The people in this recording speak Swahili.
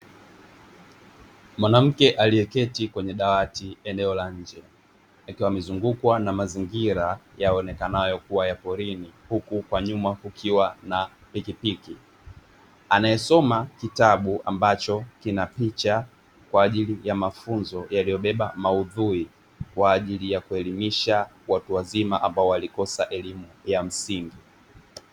Mwanamke aliyeketi kwenye dawati eneo la nje, akiwa amezungukwa na mazingira yaonekanayo kuwa ya porini, huku kwa nyuma kukiwa na pikipiki, anayesoma kitabu ambacho kina picha kwa ajili ya mafunzo yaliyobeba maudhui kwa ajili ya kuelimisha watu wazima, ambao walikosa elimu ya msingi.